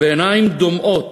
בעיניים דומעות